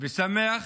ושמח